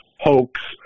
hoax